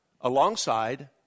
alongside